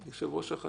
יושב-ראש החטיבה.